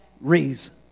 reason